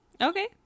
Okay